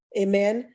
amen